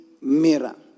mirror